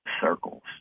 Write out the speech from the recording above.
circles